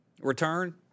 return